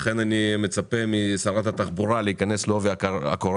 לכן אני מצפה משרת התחבורה להיכנס לעובי הקורה